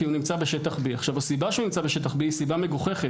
כי הוא נמצא בשטח B. הסיבה שהוא נמצא בשטח B היא סיבה מגוחכת,